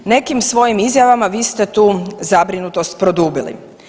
Nekim svojim izjavama vi ste tu zabrinutost produbili.